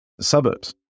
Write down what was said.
suburbs